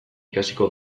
ikasiko